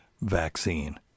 vaccine